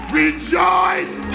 rejoice